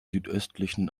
südöstlichen